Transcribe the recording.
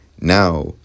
now